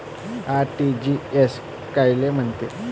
RTGS कायले म्हनते?